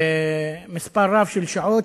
מספר רב של שעות.